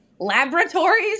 laboratories